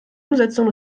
umsetzung